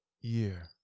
Year